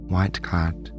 white-clad